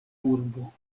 urbo